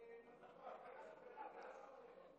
את הדבר הזה בצורה טובה,